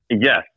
Yes